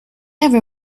ever